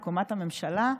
בקומת הממשלה,